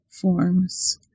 forms